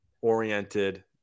oriented